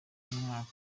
mwaka